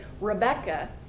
Rebecca